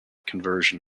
conversion